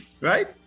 right